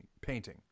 painting